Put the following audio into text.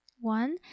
One